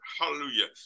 hallelujah